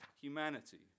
humanity